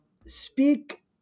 speak